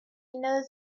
knows